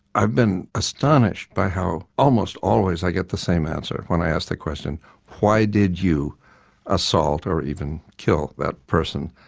i've been astonished by how almost always i get the same answer when i ask the question why did you assault or even kill that person?